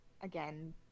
again